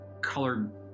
colored